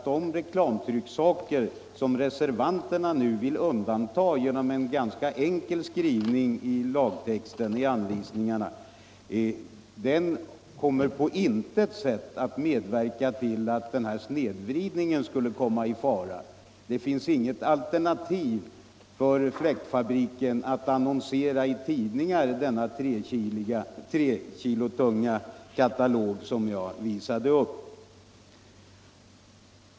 De reklamtrycksaker, som reservanterna nu vill undanta genom en ganska enkel skrivning i anvisningarna till lagen, kommer väl ändå inte att på något sätt medverka till att en sådan snedvridning kan uppstå. Det finns ju ingen möjlighet för Fläktfabriken att annonsera i tidningar som alternativ till den trekilos katalog som jag visade upp.